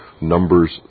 Numbers